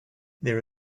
there